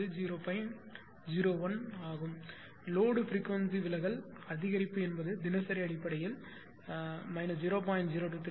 01 ஆக்குகிறது load frequency விலகல் அதிகரிப்பு என்பது தினசரி அடிப்படையில் 0